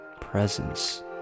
presence